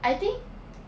I think